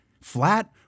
flat